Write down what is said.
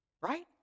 right